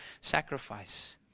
sacrifice